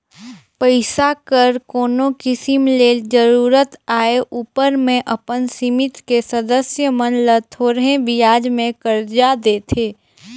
पइसा कर कोनो किसिम ले जरूरत आए उपर में अपन समिति के सदस्य मन ल थोरहें बियाज में करजा देथे